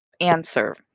answer